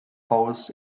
holes